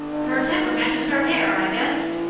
her temper matches her hair i guess.